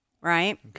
Right